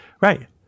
Right